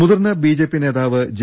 മുതിർന്ന ബിജെപി നേതാവ് ജെ